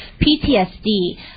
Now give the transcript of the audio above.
PTSD